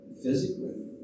Physically